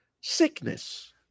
sickness